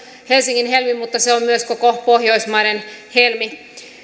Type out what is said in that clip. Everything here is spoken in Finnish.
helsingin helmi mutta se on myös kaikkien pohjoismaiden helmi